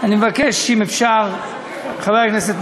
אני רוצה להודות ליושב-ראש ועדת החינוך יעקב